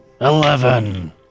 Eleven